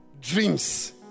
dreams